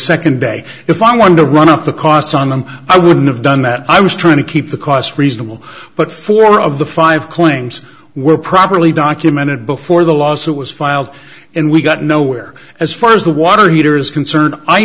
second day if i wanted to run up the costs on them i wouldn't have done that i was trying to keep the cost reasonable but four of the five claims were properly documented before the lawsuit was filed and we got nowhere as far as the water heater is concern